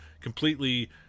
completely